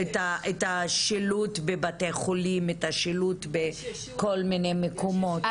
השילוט בבתי חולים, את השילוט בכל מיני מקומות.